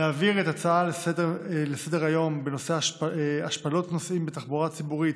להעביר את ההצעה לסדר-היום בנושא: השפלות נוסעים בתחבורה הציבורית